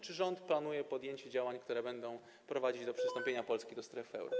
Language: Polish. Czy rząd planuje podjęcie działań, które będą prowadzić do przystąpienia Polski do strefy euro?